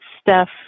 Steph